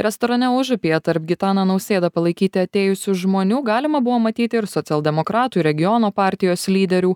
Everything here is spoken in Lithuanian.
restorane užupyje tarp gitaną nausėdą palaikyti atėjusių žmonių galima buvo matyti ir socialdemokratų regionų partijos lyderių